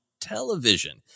television